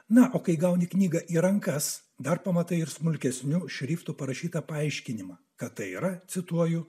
na o kai gauni knygą į rankas dar pamatai ir smulkesniu šriftu parašytą paaiškinimą kad tai yra cituoju